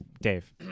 Dave